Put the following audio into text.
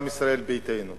מטעם ישראל ביתנו.